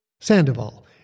Sandoval